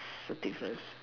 the difference